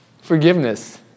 forgiveness